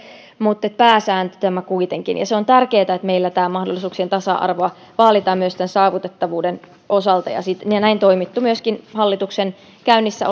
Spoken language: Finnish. mutta pääsääntö tämä kuitenkin ja se on tärkeätä että meillä tätä mahdollisuuksien tasa arvoa vaalitaan myös tämän saavutettavuuden osalta ja näin on toimittu myöskin hallituksen käynnissä